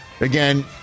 Again